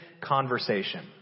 conversation